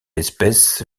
espèce